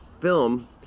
film